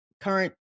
current